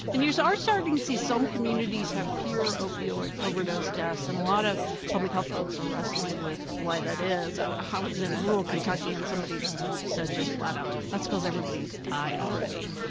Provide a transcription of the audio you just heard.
and you so are starting to see some communities have fewer opioid overdose deaths. and a lot of public health folks are wrestling with why that is. i was in rural kentucky and somebody said just flat out, that's because everybody's died already.